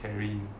carine